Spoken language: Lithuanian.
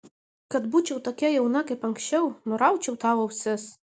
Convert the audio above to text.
kad būčiau tokia jauna kaip anksčiau nuraučiau tau ausis